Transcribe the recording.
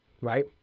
right